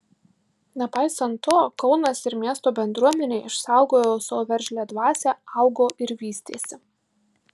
nepaisant to kaunas ir miesto bendruomenė išsaugojo savo veržlią dvasią augo ir vystėsi